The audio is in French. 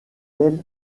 elle